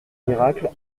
miracle